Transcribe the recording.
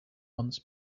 months